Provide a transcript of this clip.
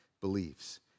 beliefs